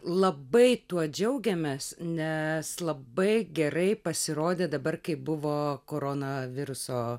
labai tuo džiaugiamės nes labai gerai pasirodė dabar kai buvo koronaviruso